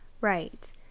Right